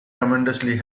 tremendously